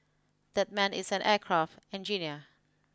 that man is an aircraft engineer